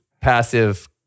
passive